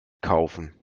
kaufen